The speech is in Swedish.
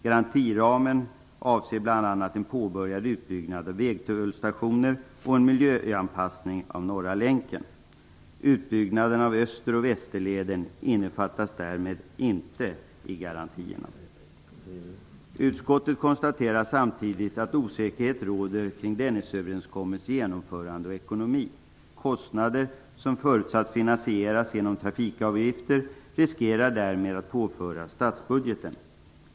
Garantiramen avser bl.a. en påbörjad utbyggnad av vägtullstationer och en miljöanpassning av Norra länken. Utbyggnad av Österleden och Västerleden innefattas därmed inte i garantierna. Utskottet konstaterar samtidigt att osäkerhet råder kring Dennisöverenskommelsens ekonomi och genomförande. Kostnader som förutsätts finansieras genom trafikavgifter riskerar därmed att påföras statsbudgeten.